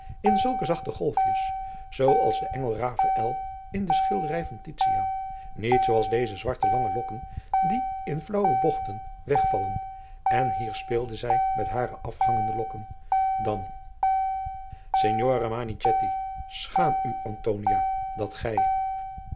in zulke zachte golfjes zoo als de engel rafael in de schilderij van titiaan niet zoo als deze zwarte lange lokken die in flaauwe bogten wegvallen en hier speelde zij met hare afhangende lokken dan signore manichetti schaam u antonia dat gij